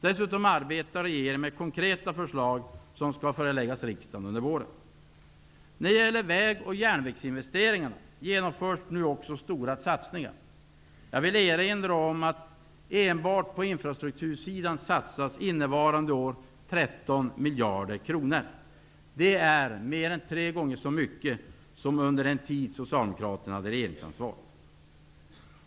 Dessutom arbetar regeringen med konkreta förslag som skall föreläggas riksdagen under våren. När det gäller väg och järnvägsinvesteringarna genomförs nu stora satsningar. Jag vill erinra om att enbart på infrastruktursidan satsas innevarande år 13 miljarder kronor. Det är mer än tre gånger så mycket som under den tid socialdemokraterna hade regeringsansvaret.